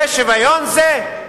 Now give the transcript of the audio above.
זה שוויון זה?